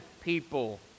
people